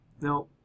no